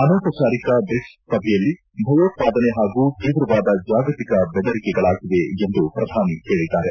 ಅನೌಪಚಾರಿಕ ಬ್ರಿಕ್ಸ್ ಸಭೆಯಲ್ಲಿ ಭಯೋತ್ಪಾದನೆ ಹಾಗೂ ತೀವ್ರವಾದ ಜಾಗತಿಕ ಬೆದರಿಕೆಗಳಾಗಿವೆ ಎಂದು ಪ್ರಧಾನಿ ಹೇಳಿದ್ದಾರೆ